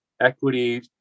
equity